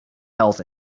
health